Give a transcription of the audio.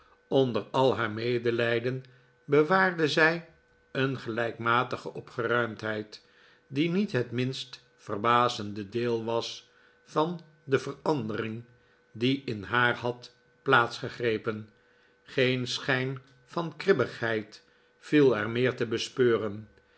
onder al haar medelijden bewaarde zij een gelijkmatige opgeruimdheid die niet het minst verbazende deel was van de verandering die in haar had plaats gegrepen geen schijn van kribbigheid viel er meer te bespeuren